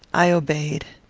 i obeyed.